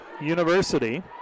University